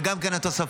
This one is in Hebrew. וגם כן התוספות.